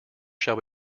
shall